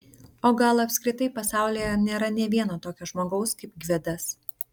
o gal apskritai pasaulyje nėra nė vieno tokio žmogaus kaip gvidas